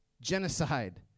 genocide